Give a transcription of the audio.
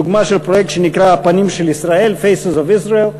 דוגמה של פרויקט שנקרא "הפנים של ישראל",Faces of Israel ,